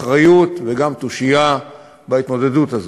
אחריות וגם תושייה בהתמודדות הזאת.